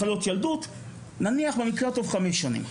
מחלות ילדות, נניח במקרה הטוב חמש שנים.